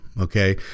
Okay